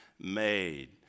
made